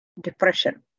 depression